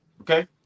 okay